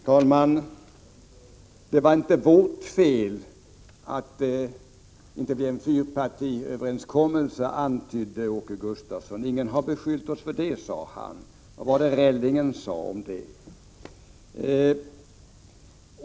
Herr talman! Det var inte vårt fel att det inte blev en fyrpartiöverenskommelse, antydde Åke Gustavsson. Ingen har beskyllt oss för det, sade han. Vad var det Rellingen sade om det?